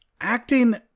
acting